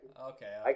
Okay